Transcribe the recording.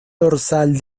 dorsal